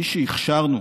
מי שהכשרנו